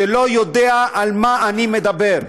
שלא יודע על מה אני מדבר.